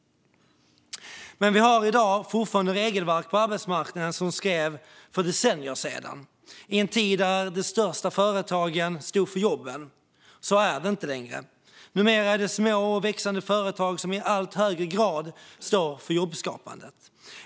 Men vi har i dag fortfarande regelverk på arbetsmarknaden som skrevs för decennier sedan, i en tid när de största företagen stod för jobben. Så är det inte längre. Numera är det små och växande företag som i allt högre grad står för jobbskapandet.